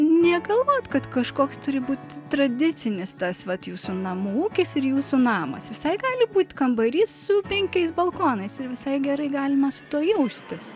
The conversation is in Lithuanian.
negalvot kad kažkoks turi būt tradicinis tas vat jūsų namų ūkis ir jūsų namas visai gali būt kambarys su penkiais balkonais ir visai gerai galima su tuo jaustis